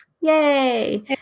yay